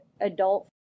adult